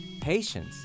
Patience